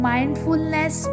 Mindfulness